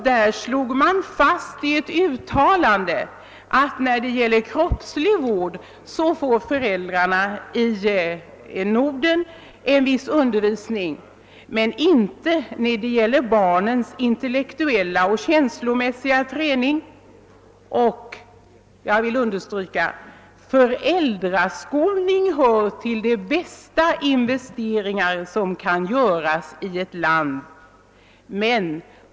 Där slog man i ett uttalande fast att föräldrarna i Norden får en viss undervisning i barnens kroppsliga vård men inte i fråga om deras intellektuella och känslomässiga träning. Föräldraskolningen hör till de bästa investeringar som ett samhälle kan göra.